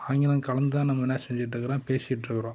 ஆங்கிலம் கலந்துதான் நம்ம என்ன செஞ்சிட்டிருக்குறோம் பேசிட்டிருக்குறோம்